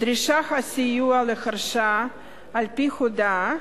(דרישת הסיוע להרשעה על-פי הודאה),